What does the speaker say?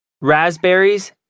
raspberries